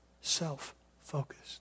self-focused